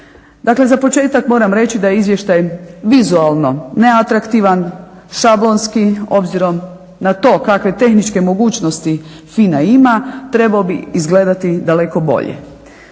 Dakle, za početak moram reći da je izvještaj vizualno neatraktivan, šablonski obzirom na to kakve tehničke mogućnosti FINA ima, trebao bi izgledati daleko bolje.